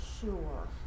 sure